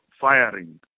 firing